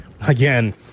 again